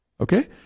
Okay